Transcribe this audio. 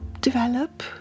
develop